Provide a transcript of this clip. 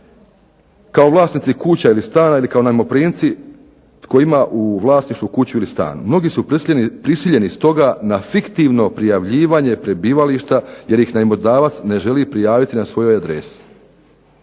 kao vlasnici kuća ili stana ili kao najmoprimci tko ima u vlasništvu kuću ili stan. Mnogi su prisiljeni stoga na fiktivno prijavljivanje prebivališta jer ih najmodavac ne želi prijaviti na svojoj adresi.